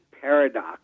paradox